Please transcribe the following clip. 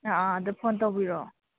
ꯑꯥ ꯑꯥ ꯑꯗꯨ ꯐꯣꯟ ꯇꯧꯕꯤꯔꯛꯑꯣ